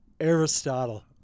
Aristotle